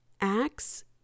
acts